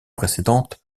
précédentes